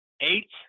eight